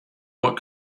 what